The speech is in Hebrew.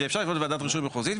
שאפשר לפנות לוועדת רישוי מחוזית,